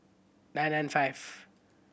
nine nine five